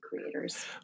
creators